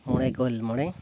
ᱢᱚᱬᱮ ᱜᱳᱞ ᱢᱚᱬᱮ